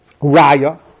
raya